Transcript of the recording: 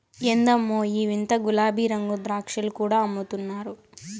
ఎందమ్మో ఈ వింత గులాబీరంగు ద్రాక్షలు కూడా అమ్ముతున్నారు